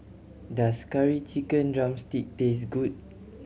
does Curry Chicken drumstick taste good